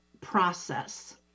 process